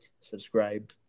subscribe